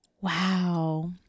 wow